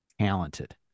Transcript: talented